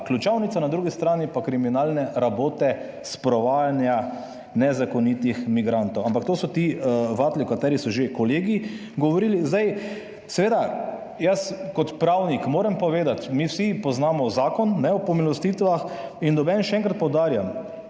ključavnica, na drugi strani pa kriminalne rabote, sprovajanja nezakonitih migrantov. Ampak to so ti vatli o katerih so že kolegi govorili. In zdaj, seveda, jaz kot pravnik moram povedati, mi vsi poznamo Zakon o pomilostitvah in noben, še enkrat poudarjam,